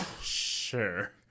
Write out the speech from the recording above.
sure